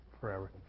forever